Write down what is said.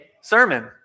sermon